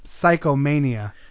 Psychomania